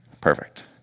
Perfect